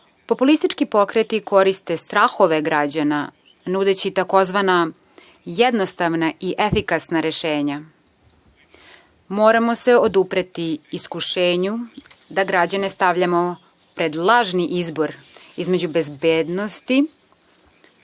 populistički pokreti koriste strahove građana nudeći takozvana jednostavna i efikasna rešenja. Moramo se odupreti iskušenju da građane stavljamo pred lažni izbor između bezbednosti,